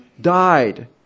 died